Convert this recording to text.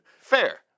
Fair